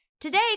Today